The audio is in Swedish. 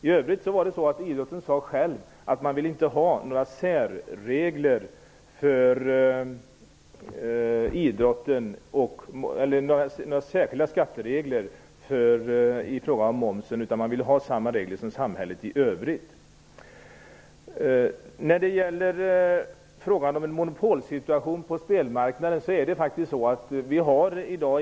I övrigt var det så att idrotten själv sade att man inte ville ha några särskilda skatteregler i fråga om momsen, utan man ville ha samma regler som i samhället i övrigt. Det är inte en monopolsituation på spelmarknaden i dag.